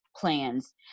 plans